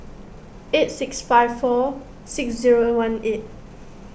eight six five four six zero one eight